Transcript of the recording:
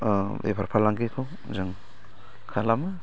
बेफार फालांगिखौ जों खालामो